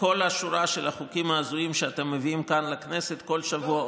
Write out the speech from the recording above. כל השורה של החוקים ההזויים שאתם מביאים כאן לכנסת בכל שבוע,